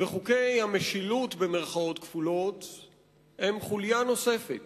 וחוקי ה"משילות" הם חוליה נוספת